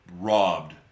robbed